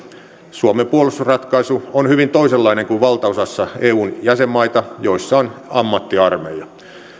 suomen puolustusratkaisu on hyvin toisenlainen kuin valtaosassa eun jäsenmaita joissa on ammattiarmeija